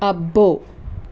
అబ్బో